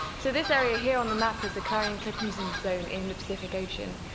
so this area here on the map is the clarion-clipperton zone in the pacific ocean,